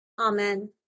Amen